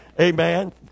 Amen